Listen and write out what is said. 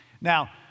Now